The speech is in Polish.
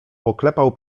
poklepał